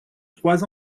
trois